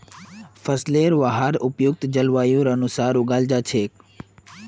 फसलेर वहार उपयुक्त जलवायुर अनुसार उगाल जा छेक